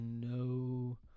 no